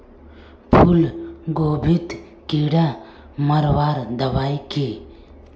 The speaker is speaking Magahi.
फूलगोभीत कीड़ा मारवार दबाई की?